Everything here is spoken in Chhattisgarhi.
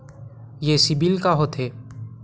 ये सीबिल का होथे?